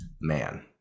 man